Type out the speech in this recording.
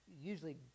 usually